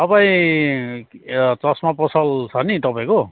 तपाईँ चसमा पसल छ नि तपाईँको